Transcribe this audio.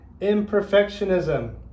imperfectionism